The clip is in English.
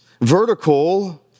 vertical